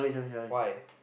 why